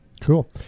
Cool